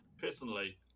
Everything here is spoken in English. personally